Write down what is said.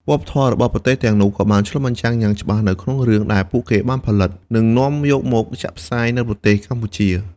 វប្បធម៌របស់ប្រទេសទាំងនោះក៏បានឆ្លុះបញ្ចាំងយ៉ាងច្បាស់នៅក្នុងរឿងដែលពួកគេបានផលិតនិងនាំយកមកចាក់ផ្សាយនៅប្រទេសកម្ពុជា។